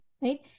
right